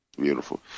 Beautiful